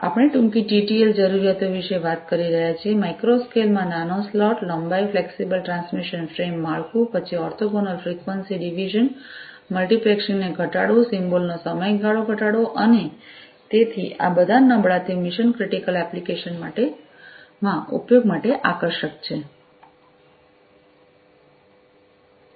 આપણે ટૂંકી ટીટીએલ જરૂરિયાતો વિશે વાત કરી રહ્યા છીએ માઇક્રો સ્કેલ માં નાની સ્લોટ લંબાઈ ફ્લેક્સિબલ ટ્રાન્સમિશન ફ્રેમ માળખું પછી orthogonal frequency division multiplexing symbol ને ઘટાડવું સિમ્બોલ નો સમયગાળો ઘટાડવો અને તેથી આ બધા નબળા તે મિશન ક્રિટિકલ એપ્લિકેશન્સ માં ઉપયોગ માટે આકર્ષક છે